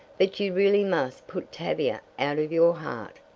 but you really must put tavia out of your heart.